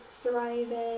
thriving